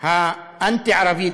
האנטי-ערבית,